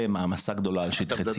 מעמסה גדולה על שטחי ציבור.